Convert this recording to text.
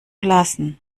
lassen